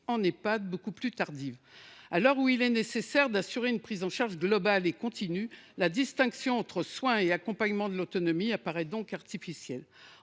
en Ehpad beaucoup plus tardive. À l’heure où il est nécessaire d’assurer une prise en charge globale et continue, la distinction entre soins et accompagnement de l’autonomie apparaît donc artificielle.